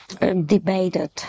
debated